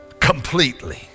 Completely